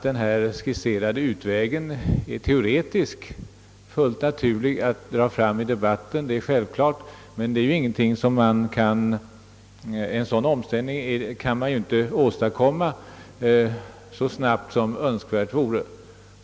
Den skisserade vägen är teoretiskt fullt naturlig att dra fram i debatten, men en sådan omställning inom denna industri kan man ju inte åstadkomma så snabbt som önskvärt vore.